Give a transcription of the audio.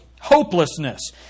hopelessness